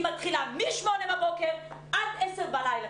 היא מתחילה משמונה בבוקר כמעט עד השעה עשר בלילה,